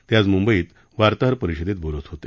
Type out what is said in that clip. ते आज मुंबईत वार्ताहर परिषदेत बोलत होते